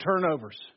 turnovers